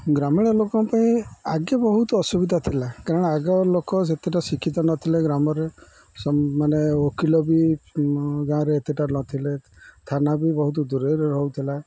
ଗ୍ରାମୀଣ ଲୋକଙ୍କ ପାଇଁ ଆଗେ ବହୁତ ଅସୁବିଧା ଥିଲା କାରଣ ଆଗ ଲୋକ ସେତେଟା ଶିକ୍ଷିତ ନଥିଲେ ଗ୍ରାମରେ ମାନେ ଓକିଲ ବି ଗାଁରେ ଏତେଟା ନଥିଲେ ଥାନା ବି ବହୁତ ଦୂରରେ ରହୁଥିଲା